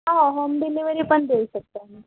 हो home delivery पण देऊ शकतो आम्ही